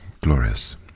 glorious